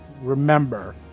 remember